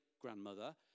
grandmother